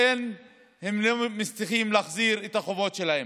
שהם לא מצליחים להחזיר את החובות שלהם.